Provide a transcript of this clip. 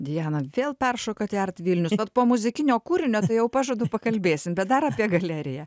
diana vėl peršokot į art vilnius vat po muzikinio kūrinio tai jau pažadu pakalbėsim bet dar apie galeriją